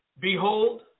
Behold